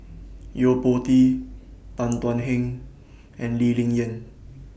Yo Po Tee Tan Thuan Heng and Lee Ling Yen